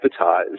advertise